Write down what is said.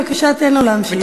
בבקשה, תן לו להמשיך.